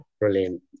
brilliant